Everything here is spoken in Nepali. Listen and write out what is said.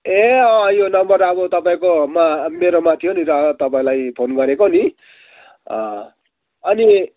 ए अँ यो नम्बर अब तपाईँकोमा मेरोमा थियो नि र तपाईँलाई फोन गरेको नि अनि